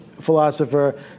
philosopher